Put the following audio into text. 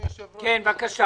יש לי שתי